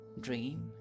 dream